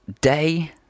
day